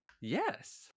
Yes